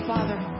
Father